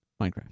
Minecraft